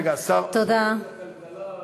רגע, השר, הכלכלה וטרור,